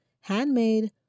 handmade